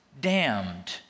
damned